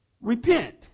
repent